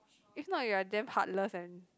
if not you're damn heartless and